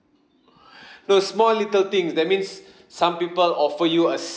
no small little things that means some people offer you a